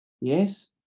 Yes